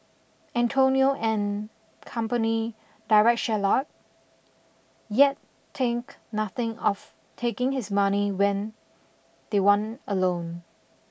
Antonio and company Deride Shylock yet think nothing of taking his money when they want a loan